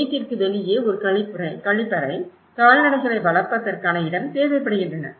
வீட்டிற்கு வெளியே ஒரு கழிப்பறை கால்நடைகளை வளர்ப்பதற்கான இடம் தேவைப்படுகின்றன